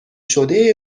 شده